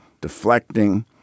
deflecting